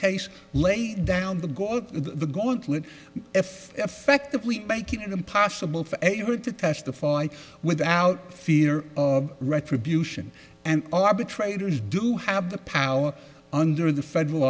case laid down the goal of the gauntlet if affectively make it impossible for her to testify without fear of retribution and arbitrators do have the power under the federal